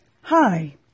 Hi